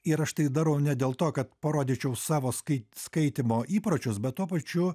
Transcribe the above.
ir aš tai darau ne dėl to kad parodyčiau savo skai skaitymo įpročius bet tuo pačiu